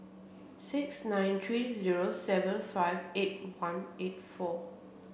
six nine three zero seven five eight one eight four